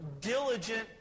diligent